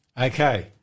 Okay